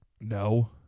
No